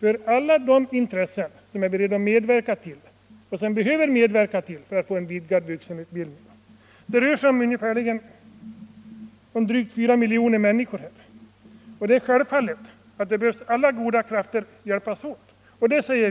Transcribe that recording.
för alla de intressen, som behöver medverka till och är beredda att medverka till en vidgad vuxenutbildning. Vi har drygt 4 miljoner människor i arbetsför ålder varav många är kortutbildade. Det är självfallet att alla goda krafter behöver hjälpas åt för en vidgad vuxenutbildning.